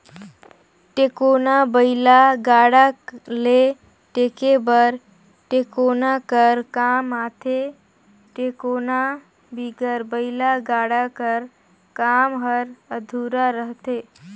टेकोना बइला गाड़ा ल टेके बर टेकोना कर काम आथे, टेकोना बिगर बइला गाड़ा कर काम हर अधुरा रहथे